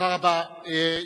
תודה רבה.